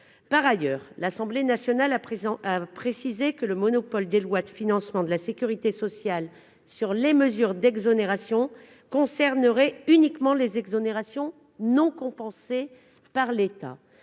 Par ailleurs, l'Assemblée nationale a précisé que le monopole des lois de financement de la sécurité sociale sur les mesures d'exonération concernerait uniquement les exonérations non compensées par l'État.